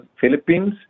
philippines